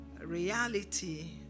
reality